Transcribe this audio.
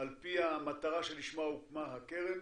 על פי המטרה שלשמה הוקמה הקרן